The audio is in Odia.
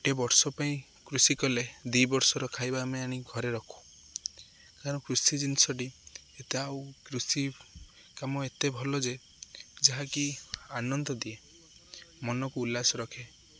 ଗୋଟେ ବର୍ଷ ପାଇଁ କୃଷି କଲେ ଦି ବର୍ଷର ଖାଇବା ଆମେ ଆଣି ଘରେ ରଖୁ କାରଣ କୃଷି ଜିନିଷଟି ଏତା ଆଉ କୃଷି କାମ ଏତେ ଭଲ ଯେ ଯାହାକି ଆନନ୍ଦ ଦିଏ ମନକୁ ଉଲ୍ଲାସ ରଖେ